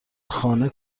خانه